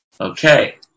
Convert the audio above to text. Okay